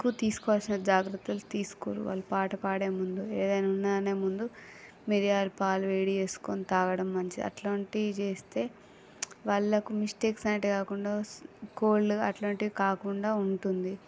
కు తీసుకోవాల్సిన జాగ్రత్తలు తీసుకోరు వాళ్ళు పాట పాడే ముందు ఏదైనా ఉన్నా గాని ముందు మిరియాలు పాలు వేడి చేసుకోని తాగడం మంచి అట్లాంటి చేస్తే వాళ్ళకు మిస్టేక్స్ అనేటివి కాకుండా వస్తు కోల్డు అట్లాంటివి కాకుండా ఉంటుంది